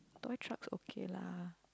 doll trucks okay lah